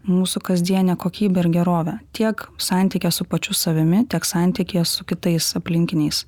mūsų kasdienę kokybę ir gerovę tiek santykyje su pačiu savimi tiek santykyje su kitais aplinkiniais